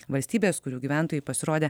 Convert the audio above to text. valstybės kurių gyventojai pasirodė